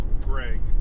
Greg